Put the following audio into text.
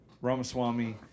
Ramaswamy